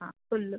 ಹಾಂ ಫುಲ್ಲು